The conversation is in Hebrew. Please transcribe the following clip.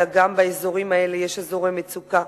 אלא גם באזורים האלה יש אזורי מצוקה.